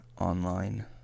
online